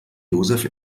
joseph